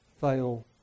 fail